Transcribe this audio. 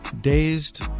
Dazed